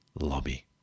lobby